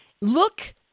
look